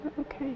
okay